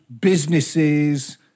businesses